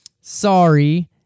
Sorry